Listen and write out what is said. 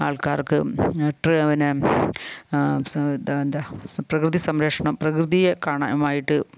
ആൾക്കാർക്ക് ട്രു പിന്നെ എന്താണ് പ്രകൃതി സംരക്ഷണം പ്രകൃതിയെ കാണാനായിട്ട്